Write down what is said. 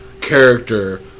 character